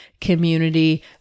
community